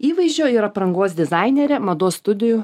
įvaizdžio ir aprangos dizainerė mados studijų